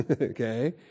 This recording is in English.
okay